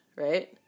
Right